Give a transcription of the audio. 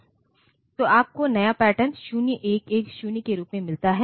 तो आपको नया पैटर्न 0110 के रूप में मिलता है